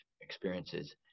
experiences